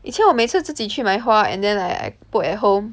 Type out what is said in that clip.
以前我每次自己去买花 and then like I put at home